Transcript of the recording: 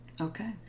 Okay